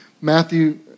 Matthew